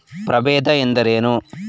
ಪ್ರಭೇದ ಎಂದರೇನು?